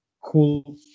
Cool